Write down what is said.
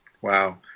wow